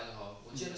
um